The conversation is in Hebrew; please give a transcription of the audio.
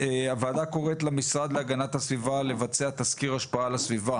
הוועדה קוראת למשרד להגנת הסביבה לבצע תסקיר השפעה על הסביבה